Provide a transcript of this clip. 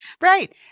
Right